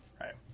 Right